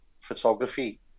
photography